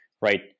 right